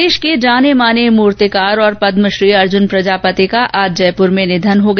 प्रदेश के जाने माने मूर्तिकार और पद्श्री अर्जुन प्रजापति का आज जयपुर में निधन हो गया